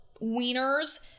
wieners